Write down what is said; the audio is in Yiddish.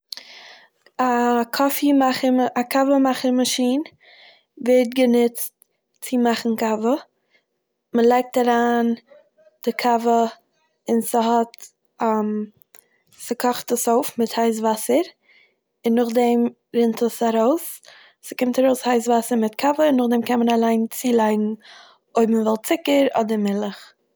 א קאפי מאכער נ- א קאווע מאכער מאשין ווערט גענוצט צו מאכן קאווע. מ'לייגט אריין די קאווע און ס'האט ס'קאכט עס אויף מיט הייס וואסער, און נאכדעם רינט עס ארויס. ס'קומט ארויס הייס וואסער מיט קאווע און נאכדעם קען מען אליין צולייגן אויב מ'וויל צוקער אדער מולעך.